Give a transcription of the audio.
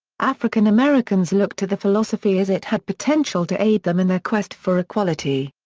african americans looked to the philosophy as it had potential to aid them in their quest for equality.